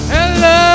Hello